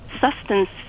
substance